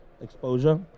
exposure